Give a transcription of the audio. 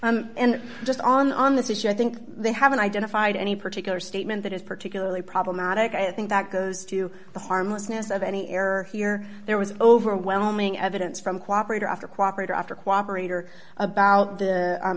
t and just on this issue i think they haven't identified any particular statement that is particularly problematic i think that goes to the harmlessness of any error here there was overwhelming evidence from cooperate or after cooperate or after cooperate or about the